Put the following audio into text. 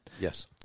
yes